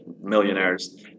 millionaires